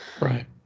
right